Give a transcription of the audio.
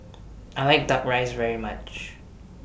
I like Duck Rice very much